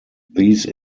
these